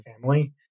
family